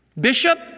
Bishop